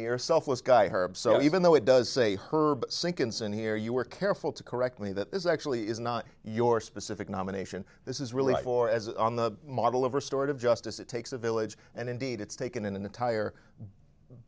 me or selfless guy her so even though it does say her sink ins and here you are careful to correctly that this actually is not your specific nomination this is really for as on the model of restored of justice it takes a village and indeed it's taken an entire